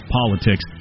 politics